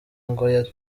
ngo